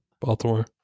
Baltimore